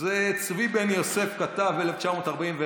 צבי בן יוסף כתב ב-1941,